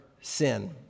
sin